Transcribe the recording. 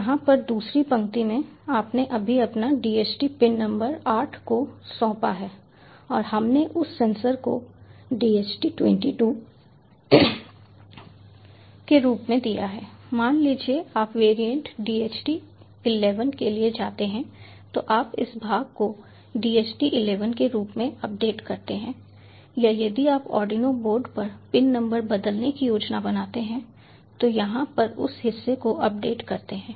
यहाँ पर दूसरी पंक्ति में आपने अभी अपना dht पिन नंबर 8 को सौंपा है और हमने उस सेंसर को dht 22 के रूप में दिया है मान लीजिए आप वैरिएंट dht 11 के लिए जाते हैं तो आप इस भाग को dht 11 के रूप में अपडेट करते हैं या यदि आप आर्डिनो बोर्ड पर पिन नंबर बदलने की योजना बनाते हैं तो यहाँ पर उस हिस्से को अपडेट करते हैं